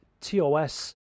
TOS